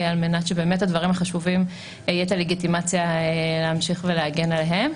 על מנת שבאמת תהיה את הלגיטימציה להמשיך ולהגן על הדברים החשובים.